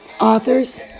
authors